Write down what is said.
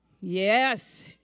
Yes